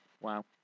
Wow